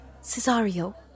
Cesario